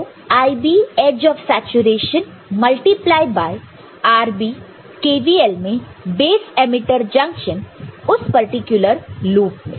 तो IB edge of saturation multiply by RB KVL में base emitter junction उस particular loop में